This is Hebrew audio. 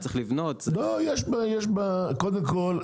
צריך לבנות --- קודם כל,